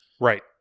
Right